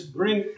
bring